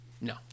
No